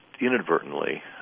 inadvertently